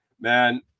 man